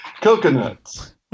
Coconuts